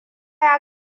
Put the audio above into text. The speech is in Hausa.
ya